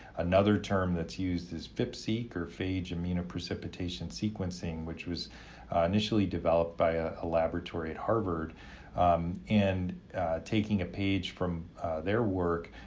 another term that's used is phip-seq or phage immunoprecipitation sequencing, which was initially developed by ah a laboratory at harvard and taking a page from their work,